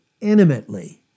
intimately